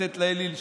לתת לאליל שלהם.